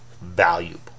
valuable